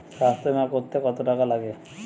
স্বাস্থ্যবীমা করতে কত টাকা লাগে?